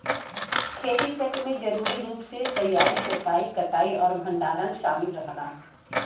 खेती चक्र में जरूरी रूप से तैयारी जोताई कटाई और भंडारण शामिल रहला